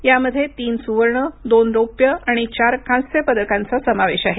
यामध्ये तीन सुवर्ण दोन रौप्य आणि चार कांस्य पदकांचा समावेश आहे